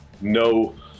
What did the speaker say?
no